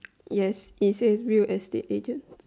yes it says Bill as the agent